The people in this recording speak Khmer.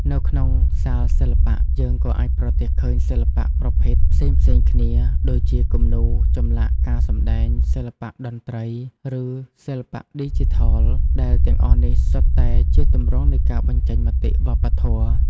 នៅក្នុងសាលសិល្បៈ យើងក៏អាចប្រទះឃើញសិល្បៈប្រភេទផ្សេងៗគ្នា ដូចជាគំនូរ ចម្លាក់ ការសម្តែង សិល្បៈតន្ត្រី ឬសិល្បៈឌីជីថល ដែលទាំងអស់នេះសុទ្ធតែជាទម្រង់នៃការបញ្ចេញមតិវប្បធម៌។